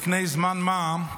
לפני זמן מה,